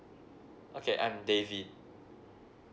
okay I'm david